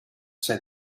say